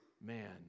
man